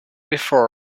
before